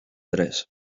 tres